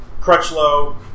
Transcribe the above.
Crutchlow